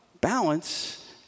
balance